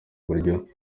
buryo